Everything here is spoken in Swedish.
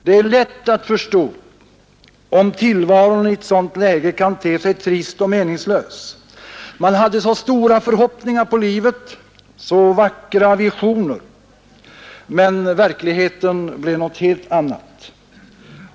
Det är lätt att förstå om tillvaron i ett sådant läge kan te sig trist och meningslös. Man hade så stora förhoppningar på livet — så vackra visioner — men verkligheten blev något helt annat.